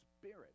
spirit